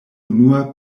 unua